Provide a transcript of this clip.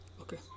Okay